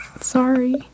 sorry